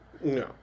no